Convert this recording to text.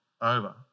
over